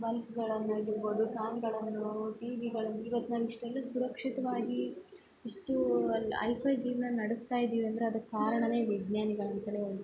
ಬಲ್ಪ್ಗಳನ್ನಾಗಿರ್ಬೌದು ಫ್ಯಾನ್ಗಳನ್ನು ನೋಡೋ ಟಿ ವಿಗಳು ಇವತ್ತು ನಾವು ಇಷ್ಟೆಲ್ಲ ಸುರಕ್ಷಿತವಾಗಿ ಇಷ್ಟು ಐಫೈ ಜೀವನ ನಡೆಸ್ತಾ ಇದೀವಂದ್ರೆ ಅದಕ್ಕೆ ಕಾರಣ ವಿಜ್ಞಾನಿಗಳಂತ ಹೇಳ್ಬೌದು